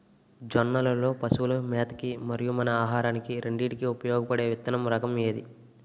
జొన్నలు లో పశువుల మేత కి మరియు మన ఆహారానికి రెండింటికి ఉపయోగపడే విత్తన రకం ఏది?